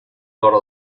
plora